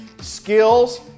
skills